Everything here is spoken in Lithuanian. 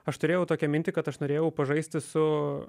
aš turėjau tokią mintį kad aš norėjau pažaisti su